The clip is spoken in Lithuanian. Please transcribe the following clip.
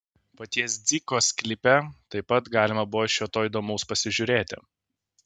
paties dziko sklype taip pat galima buvo šio to įdomaus pasižiūrėti